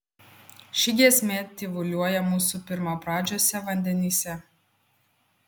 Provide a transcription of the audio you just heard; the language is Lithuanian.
ši giesmė tyvuliuoja mūsų pirmapradžiuose vandenyse